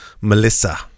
Melissa